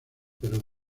pero